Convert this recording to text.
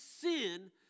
sin